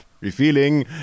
revealing